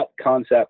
concept